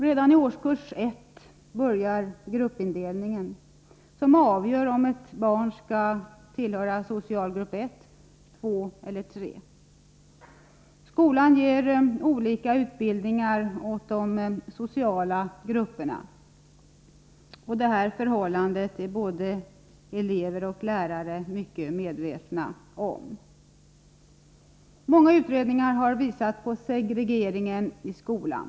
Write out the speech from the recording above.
Redan i årskurs 1 börjar gruppindelningen som avgör om ett barn skall tillhöra socialgrupp 1, 2 eller 3. Skolan ger olika utbildningar åt de olika sociala grupperna. Detta förhållande är både elever och lärare mycket medvetna om. Många utredningar har visat på segregeringen i skolan.